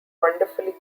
wonderfully